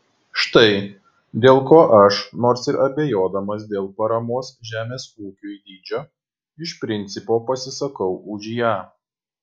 štai dėl ko aš nors ir abejodamas dėl paramos žemės ūkiui dydžio iš principo pasisakau už ją